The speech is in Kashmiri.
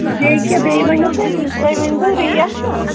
بیٚیہِ کیٛاہ بیٚیہِ ؤنِو تُہۍ تُہۍ ؤنۍزیو ریٹ نا